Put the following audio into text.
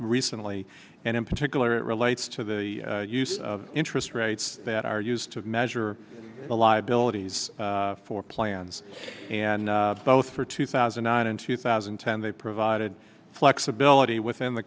recently and in particular it relates to the use of interest rates that are used to measure the liabilities for plans and both for two thousand and two thousand and ten they provided flexibility within the